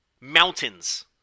Mountains